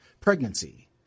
Pregnancy